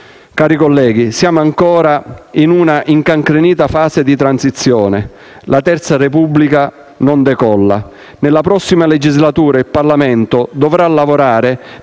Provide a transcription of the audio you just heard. Cari colleghi, siamo ancora in una incancrenita fase di transizione. La Terza Repubblica non decolla. Nella prossima legislatura, il Parlamento dovrà lavorare